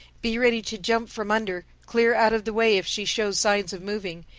be ready to jump from under, clear out of the way, if she shows signs of moving.